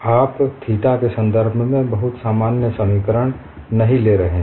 आप थीटा के संदर्भ में बहुत सामान्य समीकरण नहीं ले रहे हैं